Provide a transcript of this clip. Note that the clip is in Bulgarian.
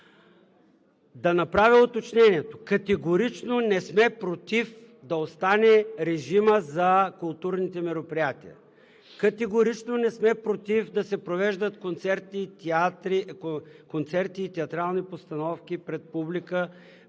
Да направя уточнението: категорично не сме против да остане режима за културните мероприятия! Категорично не сме против да се провеждат концерти и театрални постановки пред публика